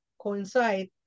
coincide